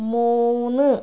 മൂന്ന്